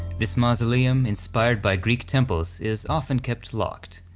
this mausoleum, inspired by greek temples, is often kept locked,